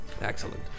Excellent